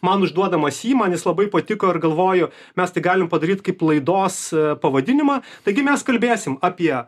man užduodamos įmonės labai patiko ir galvoju mes tai galim padaryt kaip laidos pavadinimą taigi mes kalbėsim apie